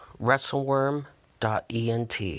WrestleWorm.ent